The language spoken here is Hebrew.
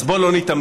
אז בוא לא ניתמם.